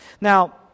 Now